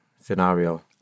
scenario